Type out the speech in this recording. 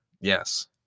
Yes